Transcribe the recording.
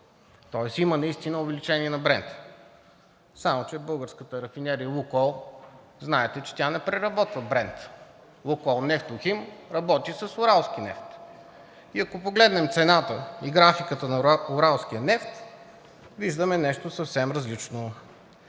тоест има наистина увеличение на Брента. Само че българската рафинерия „Лукойл“ знаете, че тя не преработва Брент. „Лукойл Нефтохим“ работи с уралски нефт и ако погледнем цената и графиката на уралския нефт, виждаме нещо съвсем различно.